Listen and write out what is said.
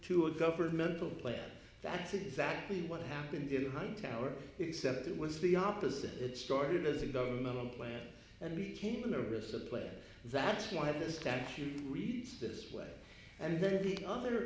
to a governmental player that's exactly what happened in the hunt tower except it was the opposite it started as a government plan and became a nurse a player that's why the statute reads this way and then the other